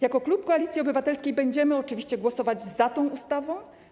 Jako Klub Koalicji Obywatelskiej będziemy oczywiście głosować za tą ustawą.